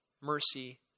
mercy